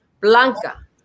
Blanca